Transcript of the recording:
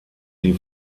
die